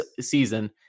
season